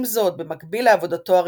עם זאת, במקביל לעבודתו הרפואית,